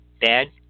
bad